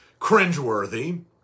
cringeworthy